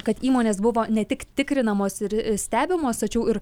kad įmonės buvo ne tik tikrinamos ir stebimos tačiau ir